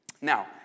Now